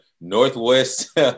Northwest